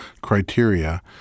criteria